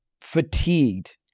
fatigued